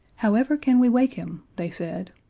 how ever can we wake him? they said.